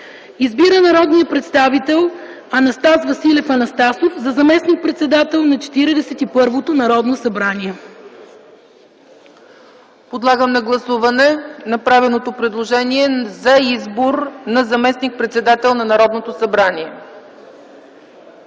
Избира народния представител Анастас Василев Анастасов за заместник-председател на 41-то Народно събрание”. ПРЕДСЕДАТЕЛ ЦЕЦКА ЦАЧЕВА: Подлагам на гласуване направеното предложение за избор на заместник-председател на Народното събрание.